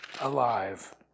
alive